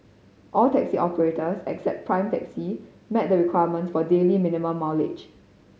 all taxi operators except Prime Taxi met the requirement for daily minimum mileage